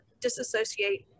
disassociate